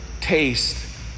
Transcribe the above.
taste